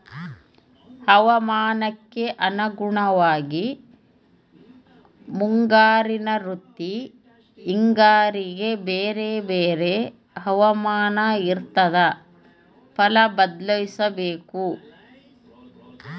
ಹವಾಮಾನಕ್ಕೆ ಅನುಗುಣವಾಗಿ ಮುಂಗಾರಿನ ಮತ್ತಿ ಹಿಂಗಾರಿಗೆ ಬೇರೆ ಬೇರೆ ಹವಾಮಾನ ಇರ್ತಾದ ಫಲ ಬದ್ಲಿಸಬೇಕು